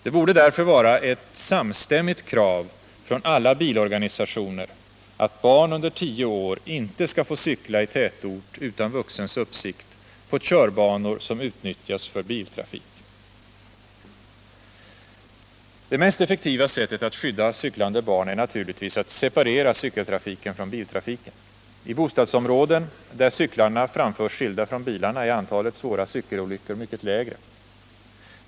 Det borde därför vara ett samstämmigt krav från alla bilorganisationer att barn under tio år inte skall få cykla i tätort utan vuxens uppsikt på körbanor som utnyttjas för biltrafik. Det mest effektiva sättet att skydda cyklande barn är naturligtvis att separera cykeltrafiken från biltrafiken. I bostadsområden där cyklarna framförs skilda från bilarna är antalet svåra cykelolyckor mycket lägre än på andra vägar.